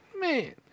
Man